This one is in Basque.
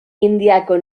indiako